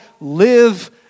live